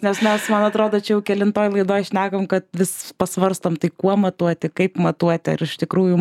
nes mes man atrodo čia jau kelintoj laidoj šnekam kad vis pasvarstom tai kuo matuoti kaip matuoti ar iš tikrųjų